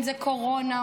קורונה,